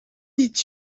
did